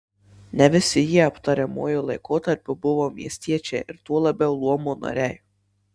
ne visi jie aptariamuoju laikotarpiu buvo miestiečiai ir tuo labiau luomo nariai